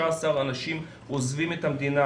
את מנותקת.